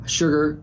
sugar